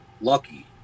lucky